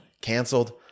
Canceled